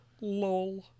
Lol